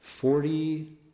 Forty